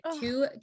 two